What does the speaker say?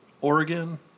Oregon